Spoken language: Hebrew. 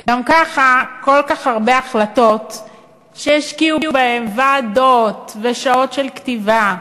גם כך כל כך הרבה החלטות שוועדות השקיעו בהן שעות של כתיבה,